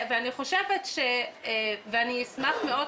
אני אשמח מאוד,